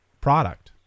product